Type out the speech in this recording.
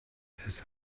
his